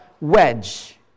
wedge